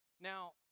Now